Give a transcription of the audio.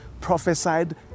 prophesied